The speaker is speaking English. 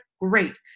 Great